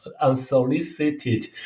unsolicited